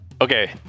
Okay